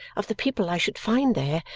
of the people i should find there,